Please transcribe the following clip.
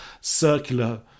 circular